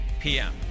PM